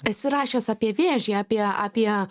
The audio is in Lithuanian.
esi rašęs apie vėžį apie apie